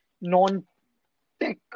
non-tech